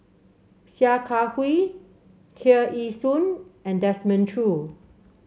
Sia Kah Hui Tear Ee Soon and Desmond Choo